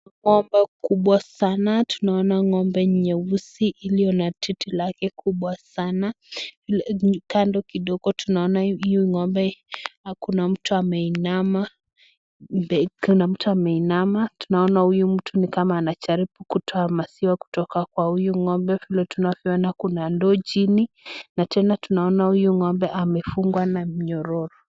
Nyumba kubwa sana tunaona ngombe nyeusi iliyo na titi lake kubwa sana kando kidogo sana tunaona kuna mtu ameinama tunaona huyu mtu ni kama anajaribu kutoa maziwa kutoka kwa huyu ngombe tunavyoona kuna ndoo chini na tena tunaona huyu ngombe amefungwa na nyororo.